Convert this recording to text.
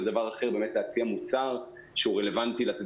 וזה דבר אחר להציע מוצר שהוא רלוונטי למתן